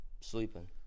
sleeping